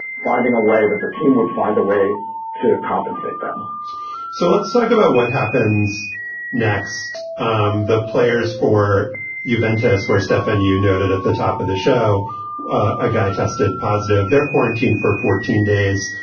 finding a way that the team would find a way to compensate them so let's talk about what happens next. um the players for you, ventas, where, stefan, you noted at the top of the show a guy tested positive there, quarantine for fourteen days,